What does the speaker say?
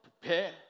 prepare